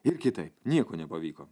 ir kitaip nieko nepavyko